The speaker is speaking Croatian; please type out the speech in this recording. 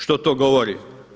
Što to govori?